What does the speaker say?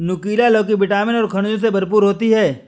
नुकीला लौकी विटामिन और खनिजों से भरपूर होती है